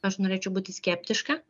aš norėčiau būti skeptiška